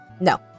No